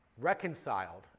reconciled